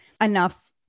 enough